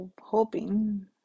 hoping